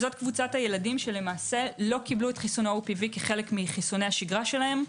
זו קבוצת הילדים שלא קיבלו את חיסוני ה-OPV כחלק מחיסוני השגרה שלהם.